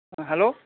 hello